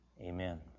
Amen